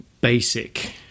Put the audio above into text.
basic